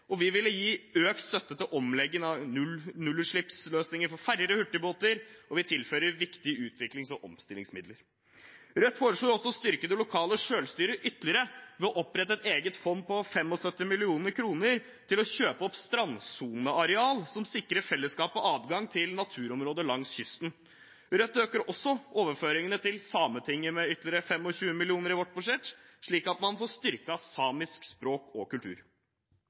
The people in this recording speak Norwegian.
Vi vil gi økt støtte til omlegging av nullutslippsløsninger for ferjer og hurtigbåter, og vi tilfører viktige utviklings- og omstillingsmidler. Rødt foreslår også å styrke det lokale selvstyret ytterligere ved å opprette et eget fond på 75 mill. kr for å kjøpe opp strandsoneareal, som sikrer fellesskapet adgang til naturområder langs kysten. Rødt øker også overføringene til Sametinget med ytterligere 25 mill. kr i vårt budsjett, slik at man får styrket samisk språk og kultur.